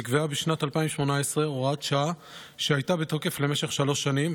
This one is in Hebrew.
נקבעה בשנת 2018 הוראת שעה שהייתה בתוקף למשך שלוש שנים,